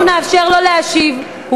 אנחנו נאפשר לו להשיב.